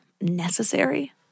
necessary